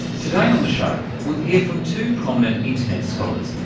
today on the show we'll hear from two prominent internet scholars,